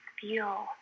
feel